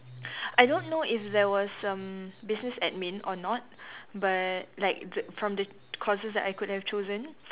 I don't know if there was um business admin or not but like the from the courses that I could have chosen